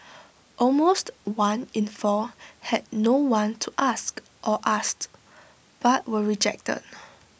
almost one in four had no one to ask or asked but were rejected